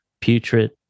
putrid